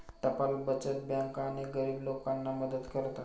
टपाल बचत बँका अनेक गरीब लोकांना मदत करतात